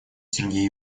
сергей